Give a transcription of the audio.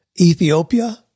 Ethiopia